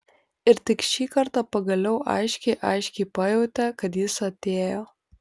ir tik šį kartą pagaliau aiškiai aiškiai pajautė kad jis atėjo